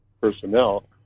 personnel